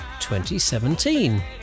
2017